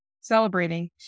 celebrating